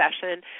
session